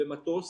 במטוס